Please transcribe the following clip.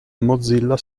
mozilla